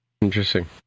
Interesting